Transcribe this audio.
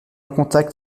contact